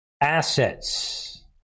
assets